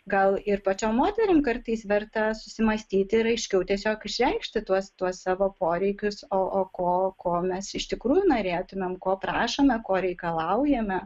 gal ir pačiom moterim kartais verta susimąstyti ir aiškiau tiesiog išreikšti tuos tuos savo poreikius o ko ko mes iš tikrųjų norėtumėm ko prašome ko reikalaujame